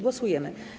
Głosujemy.